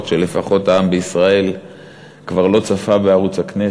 שלפחות העם בישראל כבר לא צפה בערוץ הכנסת.